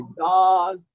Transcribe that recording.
God